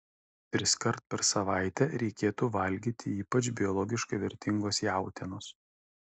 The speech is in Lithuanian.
triskart per savaitę reikėtų valgyti ypač biologiškai vertingos jautienos